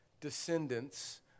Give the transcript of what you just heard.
descendants